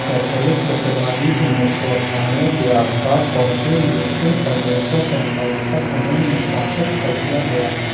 Catholic पुर्तगाली उन्नीस सौ अठानवे के आसपास पहुंचे लेकिन पंद्रह सौ पैंतालीस तक उन्हें निष्कासित कर दिया गया